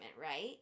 right